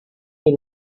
que